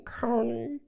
County